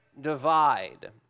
divide